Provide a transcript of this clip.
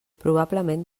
probablement